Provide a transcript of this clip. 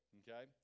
okay